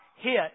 hit